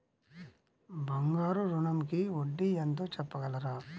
బంగారు ఋణంకి వడ్డీ ఎంతో చెప్పగలరా?